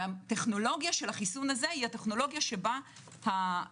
והטכנולוגיה של החיסון הזה היא הטכנולוגיה שבה החיסון